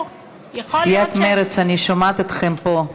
סיעת מרצ, אני שומעת אתכם פה.